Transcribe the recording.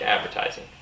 advertising